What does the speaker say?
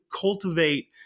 cultivate